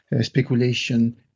speculation